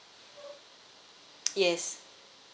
yes